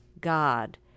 God